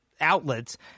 outlets